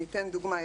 אני אתן דוגמה,